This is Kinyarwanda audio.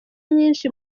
nyinshi